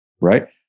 right